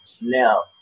No